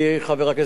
שהתעסק,